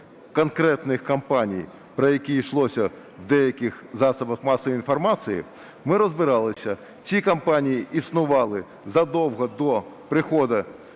конкретних компаній, про які йшлося в деяких засобах інформації. Ми розбиралися, ці компанії існували задовго до приходу